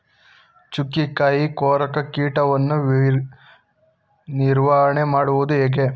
ಚುಕ್ಕಿಕಾಯಿ ಕೊರಕ ಕೀಟವನ್ನು ನಿವಾರಣೆ ಮಾಡುವುದು ಹೇಗೆ?